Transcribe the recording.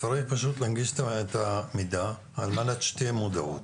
צריך פשוט להנגיש את המידע על מנת שתהיה מודעות.